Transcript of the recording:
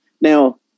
Now